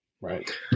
Right